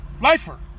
lifer